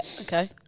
okay